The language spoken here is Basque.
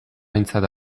aintzat